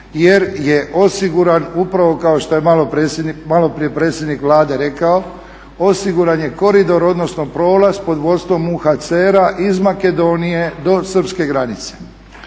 jer je osiguran upravo kao što je maloprije predsjednik Vlade rekao osiguran je koridor odnosno prolaz pod vodstvom UNHCR-a iz Makedonije do srpske granice.